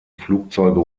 flugzeuge